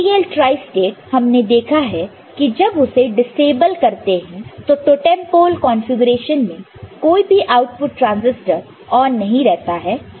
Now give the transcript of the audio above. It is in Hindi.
TTL ट्रांईस्टेट हमने देखा है कि जब उसे डिसएबल करते हैं तो टोटेम पोल कॉन्फ़िगरेशन में कोई भी आउटपुट ट्रांसिस्टर ऑन नहीं रहता है